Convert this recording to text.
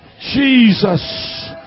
Jesus